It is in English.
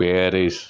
Paris